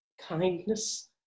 kindness